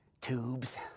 Tubes